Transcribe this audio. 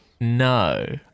No